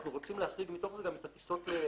אנחנו רוצים להחריג מתוך זה גם את טיסות ההצנחה.